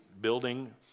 building